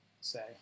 say